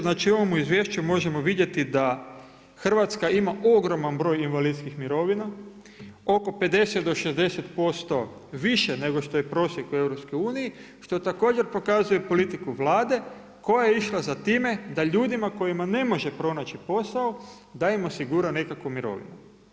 Znači u ovom izvješću možemo vidjeti da Hrvatska ima ogroman broj invalidskih mirovina, oko 50 do 60% više nego što je prosjek u EU-u, što također pokazuje politiku Vlade koja je išla za time da ljudima kojima ne može pronaći posao, da im osigura nekakvu mirovinu.